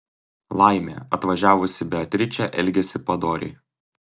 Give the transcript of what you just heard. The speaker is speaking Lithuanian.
laimė atvažiavusi beatričė elgėsi padoriai